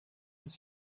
des